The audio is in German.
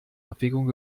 abwägung